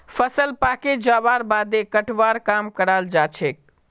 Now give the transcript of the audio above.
फसल पाके जबार बादे कटवार काम कराल जाछेक